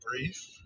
brief